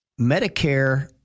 Medicare